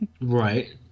Right